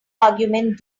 argument